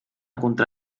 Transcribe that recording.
contra